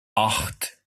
acht